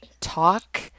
talk